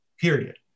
period